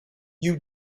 you